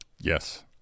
Yes